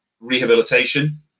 rehabilitation